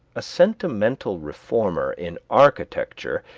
a sentimental reformer in architecture,